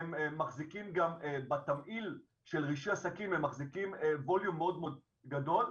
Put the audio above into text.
גם בתמהיל של רישוי עסקים הם מחזיקים ווליום מאוד מאוד גדול,